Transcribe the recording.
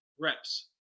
reps